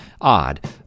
odd